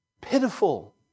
pitiful